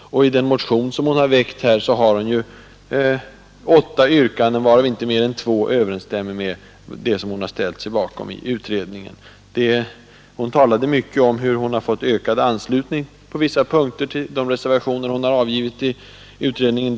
I den motion hon har väckt framförs åtta yrkanden, varav inte mer än två överensstämmer med vad hon har ställt sig bakom i utredningen. Hon talade mycket om hur hon fått ökad anslutning till vissa punkter i de reservationer hon avgav i utredningen.